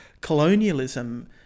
colonialism